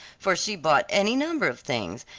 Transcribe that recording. for she bought any number of things,